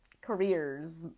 careers